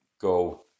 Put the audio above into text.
go